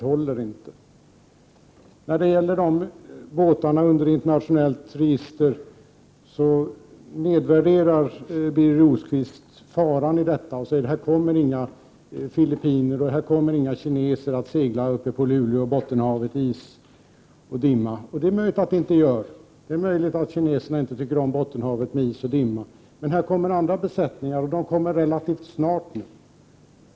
Birger Rosqvist nedvärderar faran med båtar under ett internationellt register. Han säger att det inte kommer att segla några filippinare och kineser uppe i Bottenhavet i is och dimma. Det är möjligt — kanske tycker inte kineserna om Bottenhavet, med is och dimma. Men det kommer andra besättningar, och de kommer relativt snart.